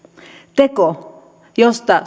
teko josta